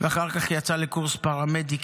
ואחר כך יצא לקורס פרמדיקים.